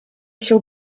się